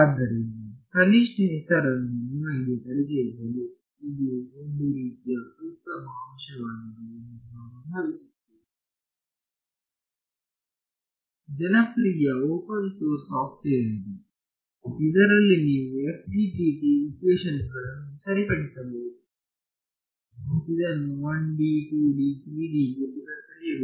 ಆದ್ದರಿಂದ ಕನಿಷ್ಠ ಹೆಸರನ್ನು ನಿಮಗೆ ಪರಿಚಯಿಸಲು ಇದು ಒಂದು ರೀತಿಯ ಉತ್ತಮ ಅಂಶವಾಗಿದೆ ಎಂದು ನಾನು ಭಾವಿಸುತ್ತೇನೆ ಜನಪ್ರಿಯ ಓಪನ್ ಸೋರ್ಸ್ ಸಾಫ್ಟ್ವೇರ್ ಇದೆ ಇದರಲ್ಲಿ ನೀವು FDTD ಇಕ್ವೇಶನ್ ಗಳನ್ನು ಸರಿಪಡಿಸಬಹುದು ಇದನ್ನು 1 D 2 D 3 D ಗೆ ಬರೆಯಲಾಗಿದೆ